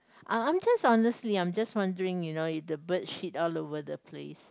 uh I'm just honestly I'm just wondering you know if the bird shit all over the place